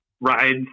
rides